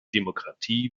demokratie